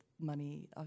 money